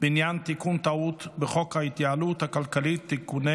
בעניין תיקון טעות בחוק ההתייעלות הכלכלית (תיקוני